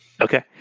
Okay